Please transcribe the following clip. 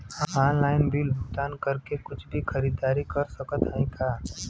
Online bill भुगतान करके कुछ भी खरीदारी कर सकत हई का?